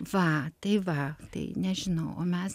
va tai va tai nežinau o mes